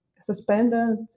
suspended